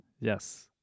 Yes